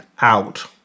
out